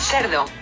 Cerdo